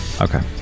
Okay